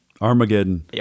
Armageddon